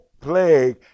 plague